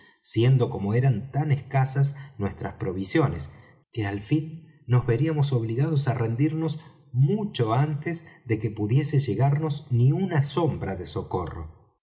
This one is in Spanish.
siendo como eran tan escasas nuestras provisiones que al fin nos veríamos obligados á rendirnos mucho antes de que pudiese llegarnos ni una sombra de socorro